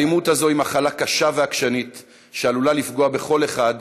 האלימות הזו היא מחלה קשה ועקשנית שעלולה לפגוע בכל אחד,